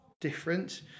different